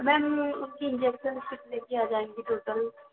ma'am उसकी injection कितने की आ जायेगी टोटल